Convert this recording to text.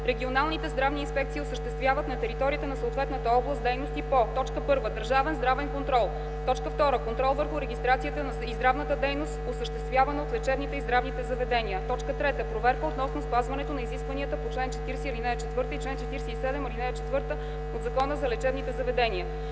Регионалните здравни инспекции осъществяват на територията на съответната област дейности по: 1. държавен здравен контрол; 2. контрол върху регистрацията и здравната дейност, осъществявана от лечебните и здравните заведения; 3. проверка относно спазването на изискванията по чл. 40, ал. 4 и чл. 47, ал. 4 от Закона за лечебните заведения;